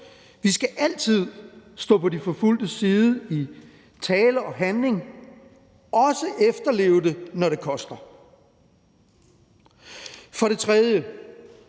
Vi skal altid stå på de forfulgtes side i tale og handling og også efterleve det, når det koster. For det tredje